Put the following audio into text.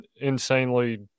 insanely